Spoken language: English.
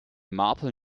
marple